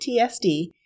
PTSD